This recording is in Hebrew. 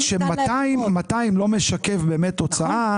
זאת אומרת ש-200,000 לא משקף הוצאה.